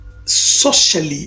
socially